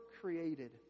created